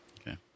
Okay